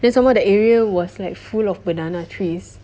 then some more that area was like full of banana trees